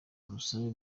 ubusabe